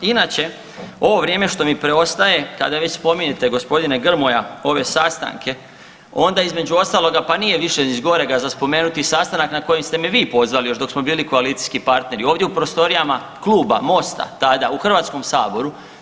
Inače, ovo vrijeme što mi preostaje kada već spominjete gospodine Grmoja ove sastanke, onda između ostaloga pa nije više zgorega za spomenuti i sastanak na koji ste me vi pozvali još dok smo bili koalicijski partneri ovdje u prostorijama Kluba MOST-a tada u Hrvatskom saboru.